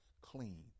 clean